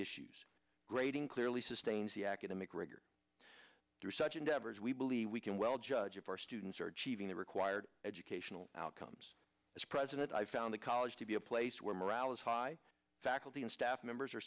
issues grading clearly sustains the academic rigor through such endeavors we believe we can well judge if our students are cheating the required educational outcomes as president i found the college to be a place where morale is high faculty and staff members